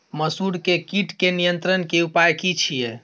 मसूर के कीट के नियंत्रण के उपाय की छिये?